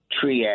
triad